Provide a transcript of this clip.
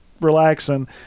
Relaxing